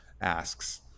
asks